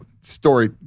story